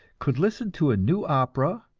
could listen to a new opera,